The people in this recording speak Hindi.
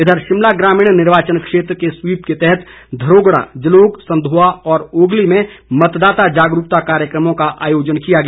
इधर शिमला ग्रामीण निर्वाचन क्षेत्र में स्वीप के तहत धरोगड़ा जलोग संधोआ व ओगली में मतदाता जागरूकता कार्यक्रमों का आयोजन किया गया